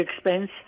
expense